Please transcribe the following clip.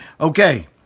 Okay